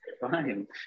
Fine